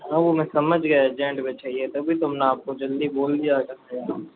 है वो मैं समझ गया अर्जेंट में चाहिए तभी तो हम ने आप को बोल दिए कि